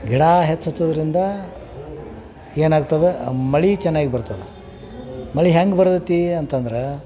ಗಿಡ ಹೆಚ್ಚು ಹಚ್ಚೂದ್ರಿಂದ ಏನಾಗ್ತದೆ ಮಳೆ ಚೆನ್ನಾಗಿ ಬರ್ತದೆ ಮಳೆ ಹ್ಯಾಂಗೆ ಬರ್ತೈತಿ ಅಂತಂದ್ರೆ